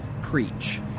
preach